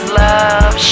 love